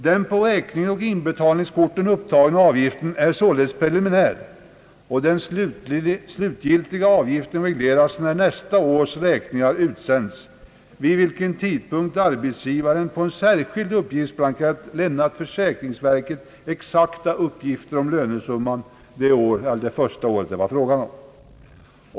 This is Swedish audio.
Den på räkningen och inbetalningskorten upptagna avgiften är således preliminär och den slutgiltiga avgiften regleras när nästa års räkningar utsänts, vid vilken tidpunkt arbetsgivaren på en särskild uppgiftsblankett lämnat försäkringsverket exakta uppgifter om lönesumman det första året.